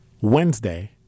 Wednesday